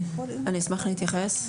אני אשמח להתייחס.